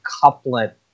couplet